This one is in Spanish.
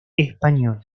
española